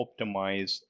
optimize